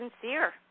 sincere